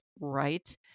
right